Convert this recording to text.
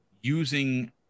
using